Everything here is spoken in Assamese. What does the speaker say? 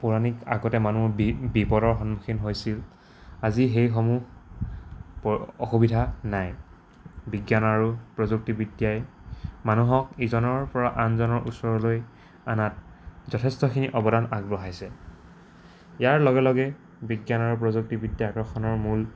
পৌৰাণিক আগতে মানুহ বিপদৰ সন্মুখীন হৈছিল আজি সেইসমূহ অসুবিধা নাই বিজ্ঞান আৰু প্ৰযুক্তিবিদ্যাই মানুহক ইজনৰপৰা আনজনৰ ওচৰলৈ আনাত যথেষ্টখিনি অৱদান আগবঢ়াইছে ইয়াৰ লগে লগে বিজ্ঞান আৰু প্ৰযুক্তিবদ্যা আকৰ্ষণৰ মূল